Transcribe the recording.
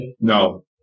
No